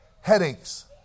Headaches